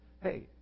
Hey